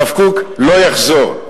הרב קוק לא יחזור.